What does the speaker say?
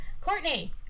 Courtney